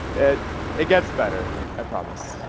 it it gets better, i promise.